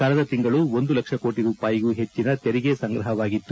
ಕಳೆದ ತಿಂಗಳು ಒಂದು ಲಕ್ಷ ಕೋಟ ರೂಪಾಯಿಗೂ ಹೆಚ್ಚನ ತೆರಿಗೆ ಸಂಗ್ರಹವಗಿತ್ತು